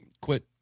quit